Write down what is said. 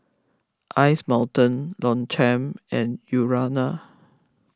Ice Mountain Longchamp and Urana